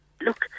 look